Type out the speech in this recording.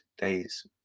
days